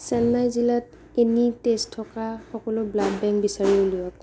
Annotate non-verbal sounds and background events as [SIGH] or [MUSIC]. চেন্নাই জিলাত [UNINTELLIGIBLE] তেজ থকা সকলো ব্লাড বেংক বিচাৰি উলিয়াওক